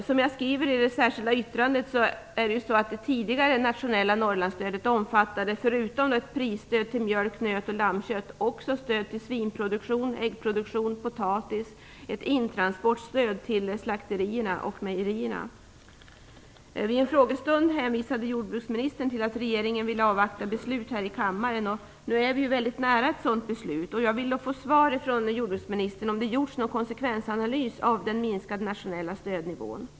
Som jag skriver i det särskilda yttrandet omfattade det tidigare nationella Norrlandsstödet förutom ett prisstöd till mjölk, nöt och lammkött också ett stöd till svin och äggproduktion, potatis samt ett intransportstöd till slakterierna och mejerierna. Vid en frågestund hänvisade jordbruksministern till att regeringen ville avvakta beslut här i kammaren. Nu är vi mycket nära ett sådant beslut. Jag vill ha svar av jordbruksministern om det har gjorts någon konsekvensanalys av den minskade nationella stödnivån.